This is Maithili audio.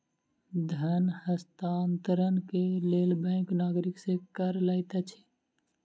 धन हस्तांतरण के लेल बैंक नागरिक सॅ कर लैत अछि